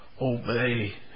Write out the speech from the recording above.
Obey